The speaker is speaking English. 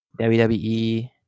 WWE